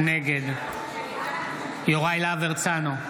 נגד יוראי להב הרצנו,